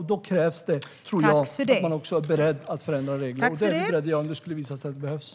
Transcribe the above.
Då krävs det, tror jag, att man är beredd att förändra regler. Det är vi beredda att göra om det skulle visa sig att det behövs.